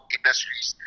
industries